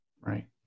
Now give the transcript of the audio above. Right